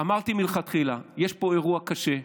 אמרתי מלכתחילה, יש פה אירוע קשה,